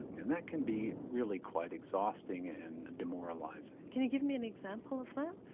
and that can be really quite exhausting and demoralising. can you give me an example of that?